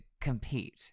compete